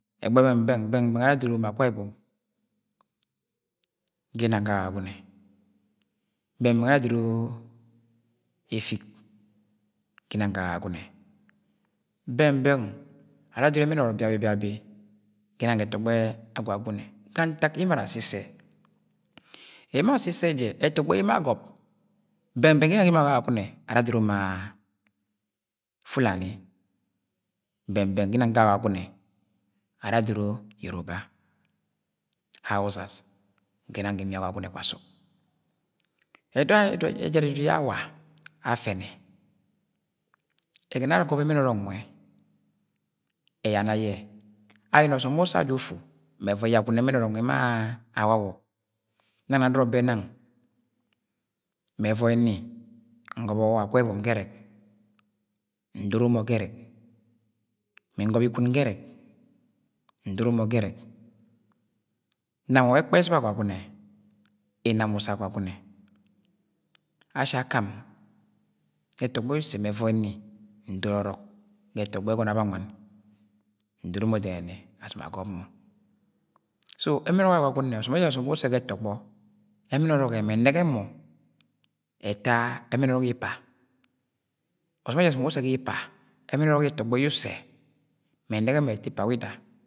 . ẹgbẹ bẹng–bẹng. bẹng–bẹng ara adoro ma Akwa–ibom ginang ga Agwagune. bẹng–bẹng ara adoro Efik ginang ga Agwagune bẹng–bẹng ara adoro ẹmẹn ọrọk biabi ginang ga etogbo Agwagune ga ntak emo ara assẹ issẹ. emo assẹ issẹ jẹ etogbọ yẹ emo agọb bẹng–bẹng emo ginang ga imi Agwagune ara adoro ma fulani. bẹng–bẹng ginang ga Agwagune ara adoro yoroba. hausas. ginang ga imi Agwagune kpasuk edudu ejara edudu ye awa afene, ẹgọnọ yẹ ara agọbọ ẹmėn ọrọk nwẹ ẹyana ẹgọnọ yẹ ara agọbọ ẹmẹn ọrọk nwe ẹyana yẹ ayẹnẹ ọsọm wu ussẹ ajẹ ufu mẹ ẹvọi yẹ agwuni ẹmẹn ọrọk nwẹ ma ma awawok. nang na nọrọ bẹ nang mẹ ẹvọi ni ngọbọ wẹ Akwa–ibom gẹrẹk ndoro mọ gẹrẹk. mi ngọbọ ikun gerek ndoro mọ gerek. nam wa wẹ ẹkpẹ eziba Agwagune inam ussẹ ga Agwagune ashi akan ẹtọgbọ yẹ ussẹ mẹ ẹvọi ni ndoro orok ga etogbo yẹ ẹgọnọ Abawan ndoro mo dẹnẹnẹ asom agọbọ mọ. so ẹmẹn ọrọk Agwagune ọsọm wu usse ga ẹtọgbọ ẹmẹn ọrọk e mẹ ẹnẹgẹ mọ ẹta ẹmẹn ọrọk ipa, ọsọm ejara ọsọm wu usse ga ipa ẹmẹn ọrọk ẹtọgbọ yu ussẹ mẹ ẹnẹgẹ mọ ẹta wi ipa wida